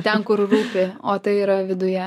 ten kur rūpi o tai yra viduje